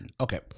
Okay